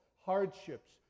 hardships